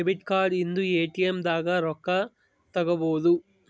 debit card ಇಂದ ATM ದಾಗ ರೊಕ್ಕ ತೆಕ್ಕೊಬೋದು